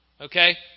Okay